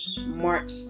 March